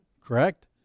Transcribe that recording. Correct